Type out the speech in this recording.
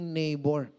neighbor